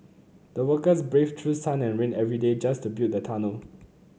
the workers braved through sun and rain every day just to build the tunnel